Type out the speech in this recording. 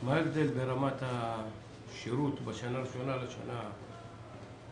בין רמת השירות בשנה הראשונה לשנה הרביעית?